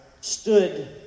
stood